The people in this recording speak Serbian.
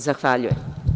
Zahvaljujem.